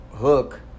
hook